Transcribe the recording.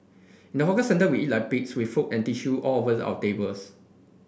in the hawker centre we eat like pigs with food and tissue all over the of tables